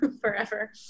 forever